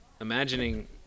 imagining